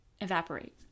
evaporate